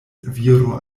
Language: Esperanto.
viro